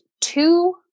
two